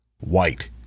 white